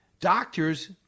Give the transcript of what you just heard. doctors